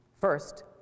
First